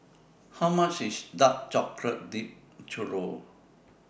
How much IS Dark Chocolate Dipped Churro